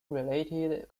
related